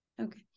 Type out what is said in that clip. Okay